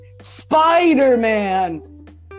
Spider-Man